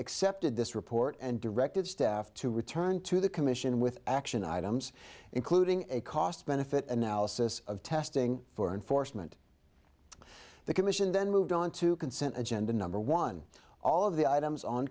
accepted this report and directed staff to return to the commission with action items including a cost benefit analysis of testing for enforcement the commission then moved on to consent agenda number one all of the items on